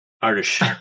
Irish